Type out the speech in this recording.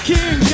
King